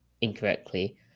incorrectly